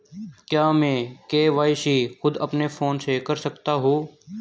क्या मैं के.वाई.सी खुद अपने फोन से कर सकता हूँ?